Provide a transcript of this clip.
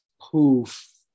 poof